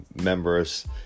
members